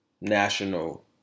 national